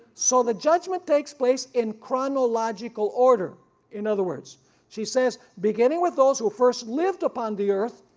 so the judgment takes place in chronological order in other words she says beginning with those who first lived upon the earth,